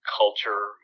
culture